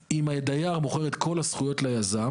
אם הדייר מוכר את כל הזכויות ליזם,